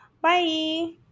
Bye